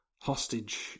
hostage